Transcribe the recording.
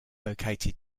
located